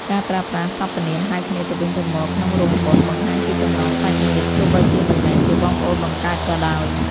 ការប្រើប្រាស់សព្វនាមហៅគ្នាទៅវិញទៅមកក្នុងរោងបុណ្យ បង្ហាញពីចំណងសាច់ញាតិទោះបីជាមិនមែនជាបងប្អូនបង្កើតក៏ដោយ។